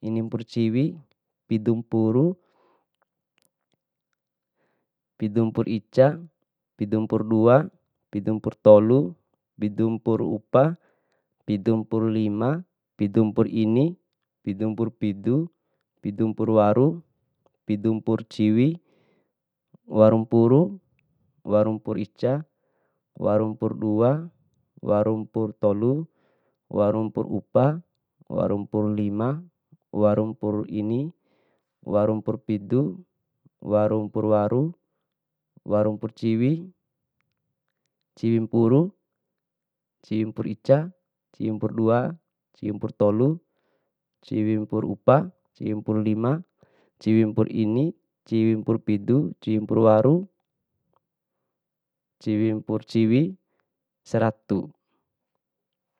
inimpuru ciwi, pidumpuru, pidumpuru ica, pidumpuru dua, pidumpuru tolu, pidumpuru upa, pidumpuru lima, pidumpuru ini, pidumpuru pidu, pidumpuru waru, pidumpuru ciwi, warumpuru, warumpuru ica, warumpuru dua, warumpuru tolu, warumpuru upa, warumpuru lima, warumpuru ini, warumpuru pidu, warumpuru waru, warumpuru ciwi, ciwimpuru, ciwimpuru ica, ciwimpuru dua, ciwimpuru tolu, ciwimpuru upa, ciwimpuru lima, ciwimpuru ini, ciwimpuru pidu, ciwimpuru waru, ciwimpuru ciwi, seratu.